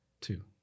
two